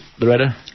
Loretta